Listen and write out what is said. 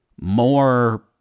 more